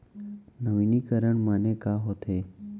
नवीनीकरण माने का होथे?